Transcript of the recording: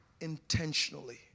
intentionally